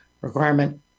requirement